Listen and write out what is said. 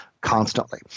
constantly